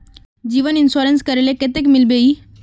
जीवन इंश्योरेंस करले कतेक मिलबे ई?